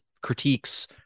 critiques